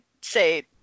say